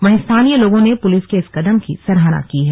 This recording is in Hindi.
वहीं स्थानीय लोगों ने पुलिस के इस कदम की सराहना की है